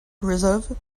preserve